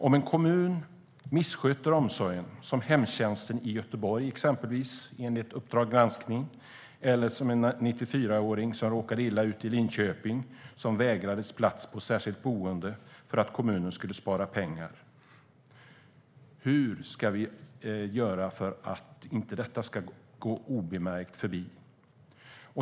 Om en kommun missköter omsorgen - exempelvis hemtjänsten i Göteborg, enligt Uppdrag granskning , eller en 94-åring som råkade illa ut i Linköping och som vägrades plats på ett särskilt boende för att kommunen skulle spara pengar - hur ska vi då göra för att detta inte ska gå obemärkt förbi?